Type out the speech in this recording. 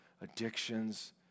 addictions